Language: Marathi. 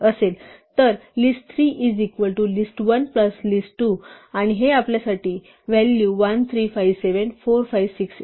असेल तर list3 is equal to list1 plus list2 आणि हे आपल्यासाठी व्हॅल्यू 1 3 5 7 4 5 6 8